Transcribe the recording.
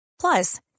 Plus